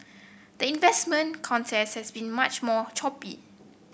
the investment contest has been much more choppy